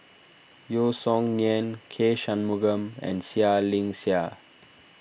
Yeo Song Nian K Shanmugam and Seah Liang Seah